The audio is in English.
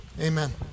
Amen